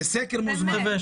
זה סקר מוזמן.